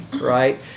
right